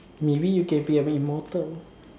maybe you can be an immortal